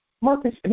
Marcus